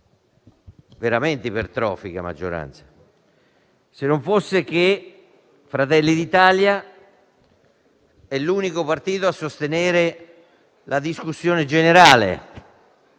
veramente ipertrofica; se non fosse che Fratelli d'Italia è l'unico partito a sostenere la discussione generale